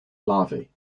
larvae